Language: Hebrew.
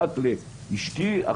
אחת לאישתי,